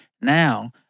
now